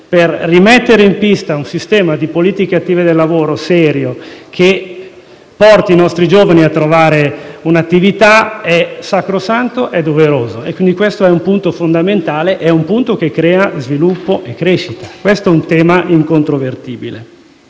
per rimettere in pista un sistema di politiche attive del lavoro serio che porti i nostri giovani a trovare un'attività è sacrosanto e doveroso. Questo è un punto fondamentale, un aspetto che crea sviluppo e crescita. Si tratta di un tema incontrovertibile.